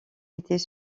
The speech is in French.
était